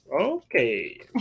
Okay